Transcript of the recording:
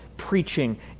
Preaching